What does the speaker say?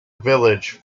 village